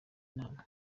nama